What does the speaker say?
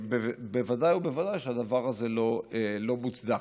ודאי וודאי שהדבר הזה לא מוצדק.